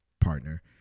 partner